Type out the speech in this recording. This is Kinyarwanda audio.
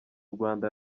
rwanda